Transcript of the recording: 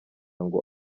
ngo